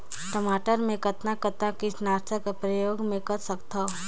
टमाटर म कतना कतना कीटनाशक कर प्रयोग मै कर सकथव?